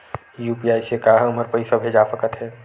UPI से का हमर पईसा भेजा सकत हे?